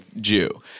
Jew